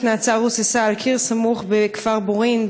נאצה רוססה על קיר סמוך בכפר בורין,